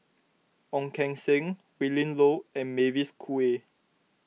Ong Keng Sen Willin Low and Mavis Khoo Oei